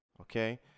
okay